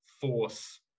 force